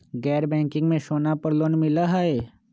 गैर बैंकिंग में सोना पर लोन मिलहई?